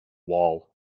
wall